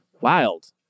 Wild